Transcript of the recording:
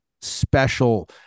special